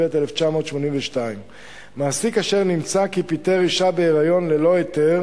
התשמ"ב 1982. מעסיק אשר נמצא כי פיטר אשה בהיריון ללא היתר